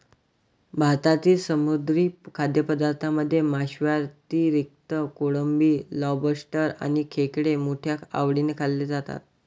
भारतातील समुद्री खाद्यपदार्थांमध्ये माशांव्यतिरिक्त कोळंबी, लॉबस्टर आणि खेकडे मोठ्या आवडीने खाल्ले जातात